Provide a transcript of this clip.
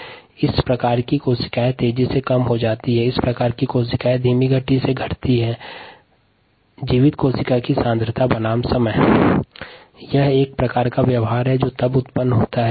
मिश्रित आबादी में कोशिका तेजी या धीमी गति से घटती हैं जीवित कोशिका की सांद्रता बनाम समय का ग्राफ इसे स्पष्ट करता है